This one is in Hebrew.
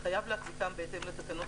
אחרי פסקה (ב)